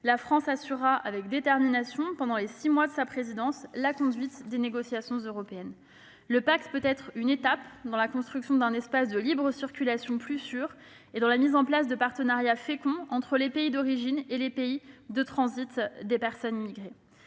La France assurera avec détermination, pendant les six mois de sa présidence, la conduite des négociations européennes. Le pacte peut être une étape dans la construction d'un espace de libre circulation plus sûr et dans la mise en place de partenariats féconds avec les pays d'origine et de transit des migrations.